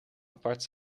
apart